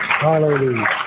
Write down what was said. Hallelujah